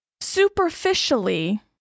superficially